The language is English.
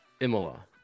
Imola